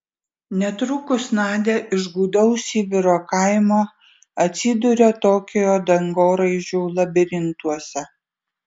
netrukus nadia iš gūdaus sibiro kaimo atsiduria tokijo dangoraižių labirintuose